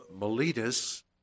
Miletus